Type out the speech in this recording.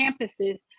campuses